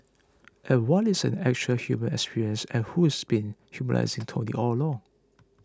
and what is an actual human experience and who's been humanising Tony all along